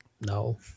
no